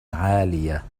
عالية